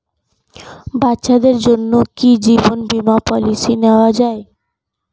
বাচ্চাদের জন্য কি জীবন বীমা পলিসি নেওয়া যায়?